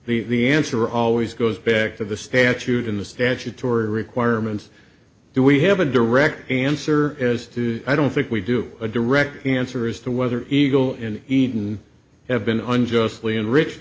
the answer always goes back to the statute in the statutory requirements do we have a direct answer as to i don't think we do a direct answer as to whether eagle in eaton have been unjustly enriched